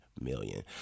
million